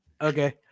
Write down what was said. Okay